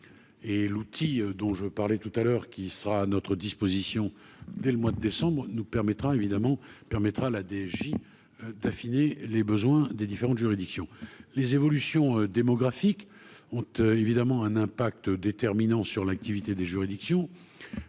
et l'outil dont je parlais tout à l'heure qui sera à notre disposition dès le mois de décembre nous permettra évidemment permettra la DJ d'affiner les besoins des différentes juridictions les évolutions démographiques honte évidemment un impact déterminant sur l'activité des juridictions